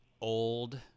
old